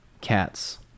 cats